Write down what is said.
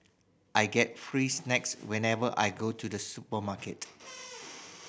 I get free snacks whenever I go to the supermarket